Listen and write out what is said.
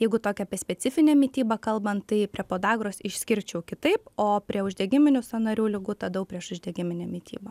jeigu tokią apie specifinę mitybą kalbant tai prie podagros išskirčiau kitaip o prie uždegiminių sąnarių ligų tada jau priešuždegiminę mitybą